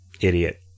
idiot